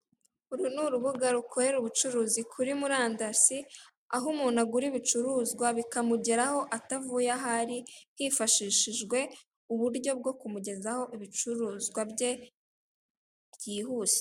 Uru ni urubuga rukorera ubucuruzi kuri murandasi, aho umuntu agura ibicuruzwa bikamugeraho atavuye aho ari, hifashishijwe uburyo bwo kumugezaho ibicuruzwa bye bwihuse.